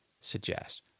suggest